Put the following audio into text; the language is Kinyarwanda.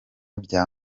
bya